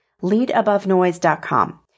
leadabovenoise.com